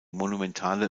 monumentale